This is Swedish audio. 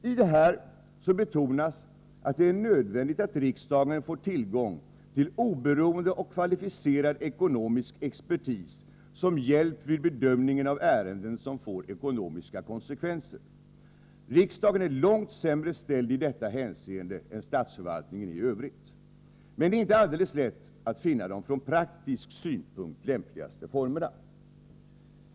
I detta betonas att det är nödvändigt att riksdagen får tillgång till oberoende och kvalificerad ekonomisk expertis som hjälp vid bedömningen av ärenden som får ekonomiska konsekvenser. Riksdagen är långt sämre ställd i detta hänseende än statsförvaltningen i övrigt. Men det är inte alldeles lätt att finna de från praktisk synpunkt lämpligaste formerna.